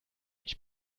ich